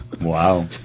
Wow